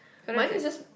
money just